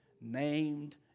named